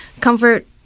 comfort